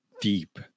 deep